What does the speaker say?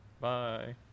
Bye